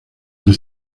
del